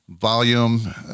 volume